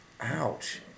Ouch